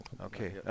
Okay